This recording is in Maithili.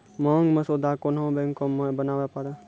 मांग मसौदा कोन्हो बैंक मे बनाबै पारै